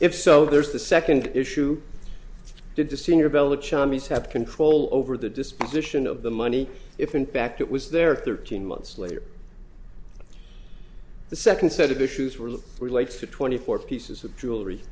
if so there's the second issue did the senior bell the chinese have control over the disposition of the money if in fact it was their thirteen months later the second set of issues were the relates to twenty four pieces of jewelry